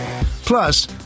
Plus